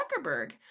Zuckerberg